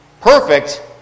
Perfect